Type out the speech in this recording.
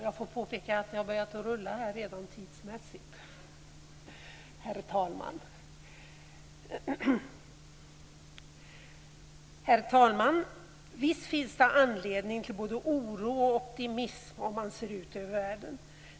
Herr talman! Visst finns det anledning till både oro och optimism om man ser ut över världen.